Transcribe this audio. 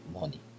money